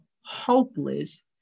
hopeless